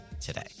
today